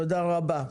תודה רבה.